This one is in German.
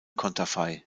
konterfei